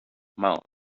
mouth